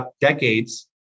decades